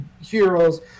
heroes